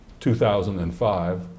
2005